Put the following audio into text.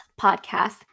podcast